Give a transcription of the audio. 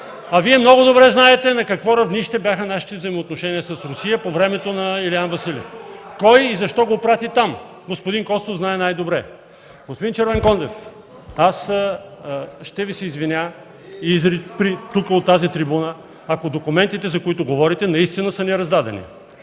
Вие много добре знаете на какво равнище бяха нашите взаимоотношения с Русия по времето на Илиян Василев, кой и защо го прати там. Господин Костов знае най-добре. Господин Червенкондев, аз ще Ви се извиня от тази трибуна, ако документите, за които говорите, наистина са ни раздадени.